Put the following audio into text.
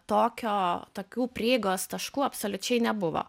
tokio tokių prieigos taškų absoliučiai nebuvo